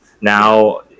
Now